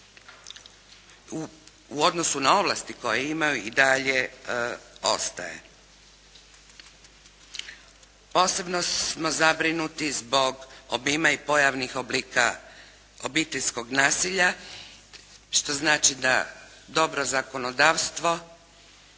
u odnosu na ovlasti koje imaju i dalje ostaje. Posebno smo zabrinuti zbog obima i pojavnih oblika obiteljskog nasilja, što znači da dobro zakonodavstvo,